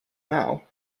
now